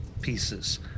pieces